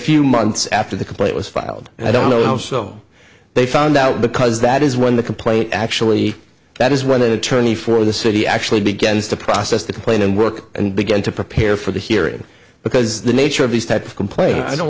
few months after the complaint was filed and i don't know so they found out because that is when the complaint actually that is when an attorney for the city actually begins to process the complaint and work and begin to prepare for the hearing because the nature of these type of complaints i don't